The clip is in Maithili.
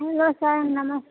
hello sir Namaste